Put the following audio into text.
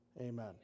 amen